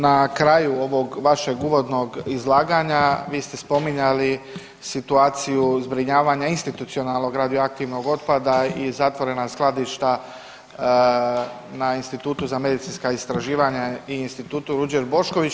Na kraju ovog vašeg uvodnog izlaganja vi ste spominjali situaciju zbrinjavanja institucionalnog radioaktivnog otpada i zatvorena skladišta na Institutu za medicinska istraživanja i Institutu Ruđer Bošković.